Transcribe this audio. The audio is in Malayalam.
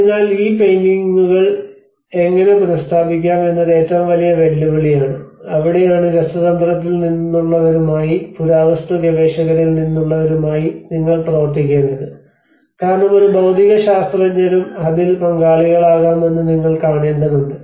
അതിനാൽ ഈ പെയിന്റിംഗുകൾ എങ്ങനെ പുനഃസ്ഥാപിക്കാം എന്നത് ഏറ്റവും വലിയ വെല്ലുവിളിയാണ് അവിടെയാണ് രസതന്ത്രത്തിൽ നിന്നുള്ളവരുമായി പുരാവസ്തു ഗവേഷകരിൽ നിന്നുള്ളവരുമായി നിങ്ങൾ പ്രവർത്തിക്കേണ്ടത് കാരണം ഒരു ഭൌതിക ശാസ്ത്രജ്ഞരും അതിൽ പങ്കാളികളാകാമെന്ന് നിങ്ങൾ കാണേണ്ടതുണ്ട്